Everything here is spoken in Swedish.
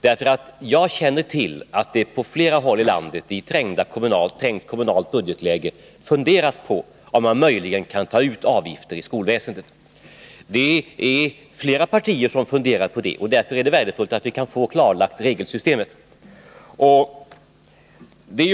Jag känner nämligen till att man på flera håll i landet, i ett trängt kommunalt budgetläge, funderar på om man möjligen kan ta ut avgifter i skolväsendet, och därför är det värdefullt att vi kan få regelsystemet klarlagt.